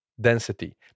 density